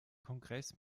kongress